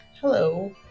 Hello